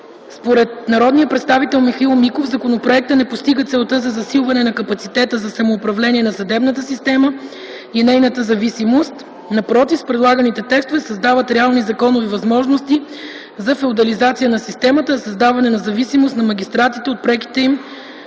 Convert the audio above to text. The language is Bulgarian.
Според народния представител Михаил Миков законопроектът не постига целта за засилване на капацитета за самоуправление на съдебната система и нейната независимост. Напротив, с предлаганите текстове се създават реални законови възможности за феодализация на системата, за създаване на зависимост на магистратите от преките им